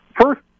first